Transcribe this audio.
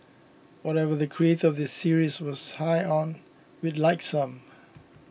whatever the creator of this series was high on we'd like some